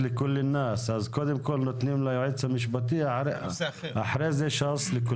אז קודם כל נותנים ליועץ המשפטי, אחרי זה לשאר.